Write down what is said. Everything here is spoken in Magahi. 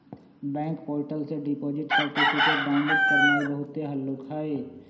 बैंक पोर्टल से डिपॉजिट सर्टिफिकेट डाउनलोड करनाइ बहुते हल्लुक हइ